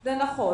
זה נכון.